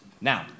now